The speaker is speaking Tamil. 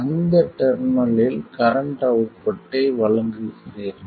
அந்த டெர்மினலில் கரண்ட் அவுட்புட்டை வழங்குகிறீர்கள்